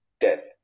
death